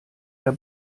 der